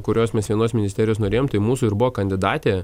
kurios mes vienos ministerijos norėjom tai mūsų ir buvo kandidatė